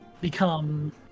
become